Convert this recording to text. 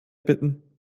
bitten